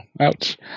ouch